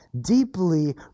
Deeply